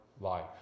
life